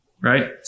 right